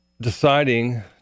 deciding